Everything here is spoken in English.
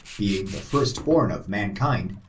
being the firsta born of mankind,